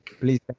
please